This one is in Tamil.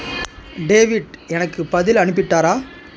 டேவிட் எனக்கு பதில் அனுப்பிவிட்டாரா